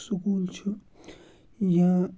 school چھُ یا